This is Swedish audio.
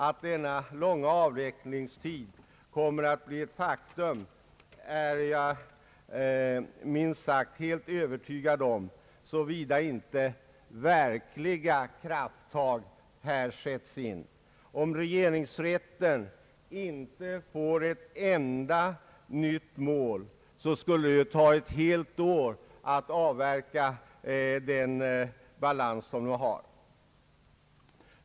Att denna långa avvecklingstid kommer att bli ett faktum är jag minst sagt helt övertygad om, såvida inte verkliga krafttag sätts in omedelbart. Om regeringsrätten inte får ett enda nytt mål, skulle det ta ett helt år att avveckla den balans som rätten nu har.